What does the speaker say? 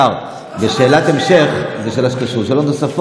תכירו, תכירו את התקנון.